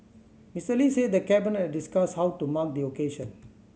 Mister Lee said the Cabinet discussed how to mark the occasion